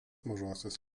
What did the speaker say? mažosios